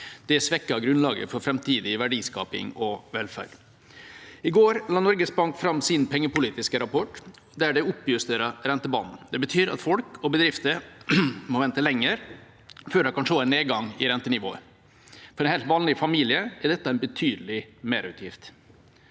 Det svekker grunnlaget for framtidig verdiskaping og velferd. I går la Norges Bank fram sin pengepolitiske rapport, der en oppjusterer rentebanen. Det betyr at folk og bedrifter må vente lenger før en kan se en nedgang i rentenivået. For en helt vanlig familie er dette en betydelig merutgift.